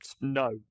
No